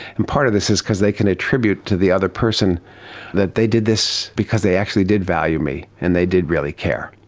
and part of this is because they can attribute to the other person that they did this because they actually did value me and they did really care.